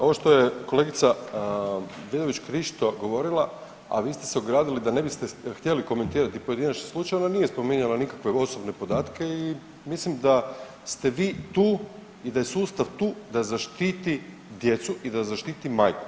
Ovo što je rekla Vidović Krišto govorila, a vi ste se ogradili da ne biste htjeli komentirati pojedinačni slučaj, ona nije spominjala nikakve osobne podatke i mislim da ste vi tu i da je sustav tu da zaštiti djecu i da zaštiti majku.